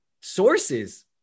sources